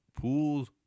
pools